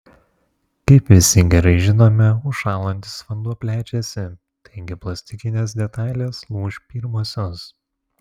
kaip visi gerai žinome užšąlantis vanduo plečiasi taigi plastikinės detalės lūš pirmosios